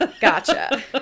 Gotcha